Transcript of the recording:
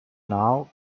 now